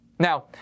Now